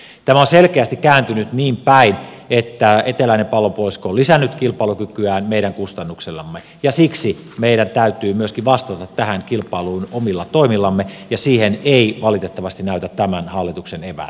tämä on selkeästi kääntynyt niin päin että eteläinen pallonpuolisko on lisännyt kilpailukykyään meidän kustannuksellamme ja siksi meidän täytyy myöskin vastata tähän kilpailuun omilla toimillamme ja siihen eivät valitettavasti näytä tämän hallituksen eväät riittävän